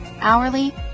hourly